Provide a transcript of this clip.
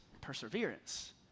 perseverance